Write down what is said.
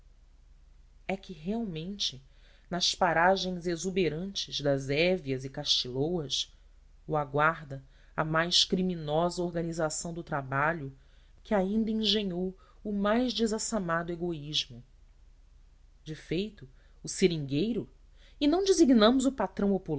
é que realmente nas paragens exuberantes das heveas e castilloas